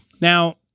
Now